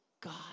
God